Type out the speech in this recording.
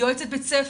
יועצת בית ספר,